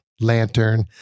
lantern